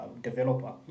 developer